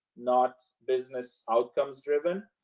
not business outcomes driven.